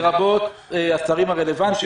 לרבות השרים הרלוונטיים,